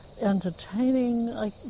entertaining